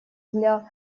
для